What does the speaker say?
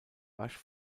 rasch